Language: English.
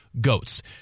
goats